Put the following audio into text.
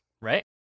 right